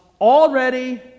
already